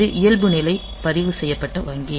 இது இயல்புநிலை பதிவு செய்யப்பட்ட வங்கி